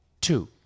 Two